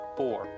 four